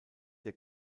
der